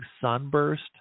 sunburst